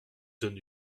donne